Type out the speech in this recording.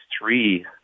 three